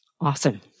Awesome